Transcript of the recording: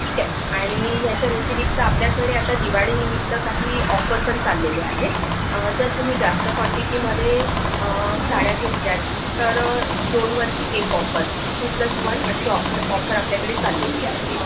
ठीक आहे आणि याच्या व्यतिरिक्त आपल्याकडे आता दिवाळीनिमित्त काही ऑफर पण चाललेले आहेत जर तुम्ही जास्त क्वांटिटीमध्ये साड्या घेतल्या तर दोनवरती एक ऑफर टू प्लस वन अशी ऑफर ऑफर आपल्याकडे चाललेली आहे